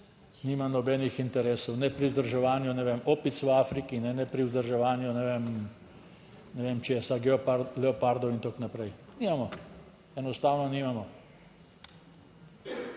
nima nobenih interesov ne pri vzdrževanju, ne vem opic, v Afriki ne pri vzdrževanju, ne vem, ne vem česa, leopardov in tako naprej. Nimamo, enostavno nimamo.